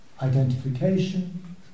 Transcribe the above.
identification